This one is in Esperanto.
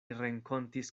renkontis